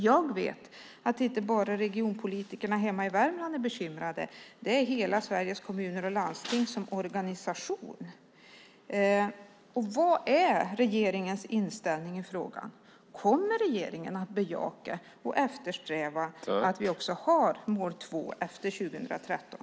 Jag vet att inte bara regionpolitikerna hemma i Värmland är bekymrade. Det är man också i hela SKL, i Sveriges Kommuner och Landsting som organisation. Vilken är regeringens inställning i frågan? Kommer regeringen att bejaka och eftersträva att vi har mål 2 också efter år 2013?